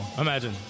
Imagine